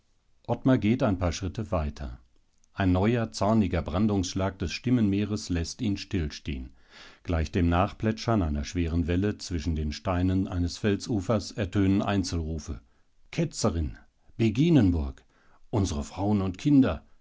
ottmar geht ein paar schritte weiter ein neuer zorniger brandungsschlag des stimmenmeeres läßt ihn stillstehen gleich dem nachplätschern einer schweren welle zwischen den steinen eines felsufers ertönen einzelrufe ketzerin beginenburg unsere frauen und kinder